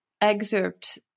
excerpt